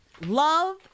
Love